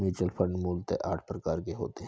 mutual fund मूलतः आठ प्रकार के होते हैं